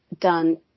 done